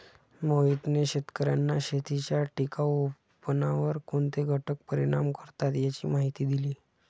मोहितने शेतकर्यांना शेतीच्या टिकाऊपणावर कोणते घटक परिणाम करतात याची माहिती दिली